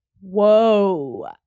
Whoa